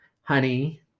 Honey